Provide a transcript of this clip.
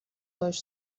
باهاش